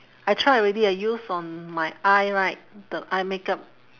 I try already I use on my eye right the eye makeup